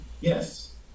yes